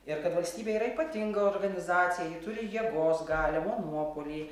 ir kad valstybė yra ypatinga organizacija ji turi jėgos galią monopolį